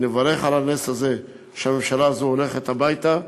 נברך על הנס הזה שהממשלה הזאת הולכת הביתה.